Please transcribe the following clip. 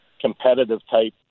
competitive-type